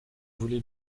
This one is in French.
voulez